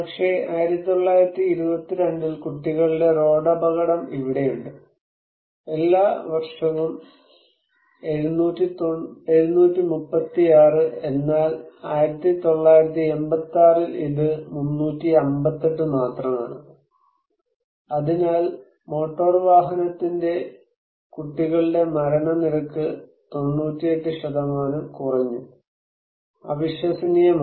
പക്ഷേ 1922 ൽ കുട്ടികളുടെ റോഡപകടം ഇവിടെയുണ്ട് എല്ലാ വർഷവും 736 എന്നാൽ 1986 ൽ ഇത് 358 മാത്രമാണ് അതിനാൽ മോട്ടോർ വാഹനത്തിന്റെ കുട്ടികളുടെ മരണ നിരക്ക് 98 കുറഞ്ഞു അവിശ്വസനീയമാണ്